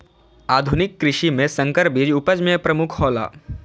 आधुनिक कृषि में संकर बीज उपज में प्रमुख हौला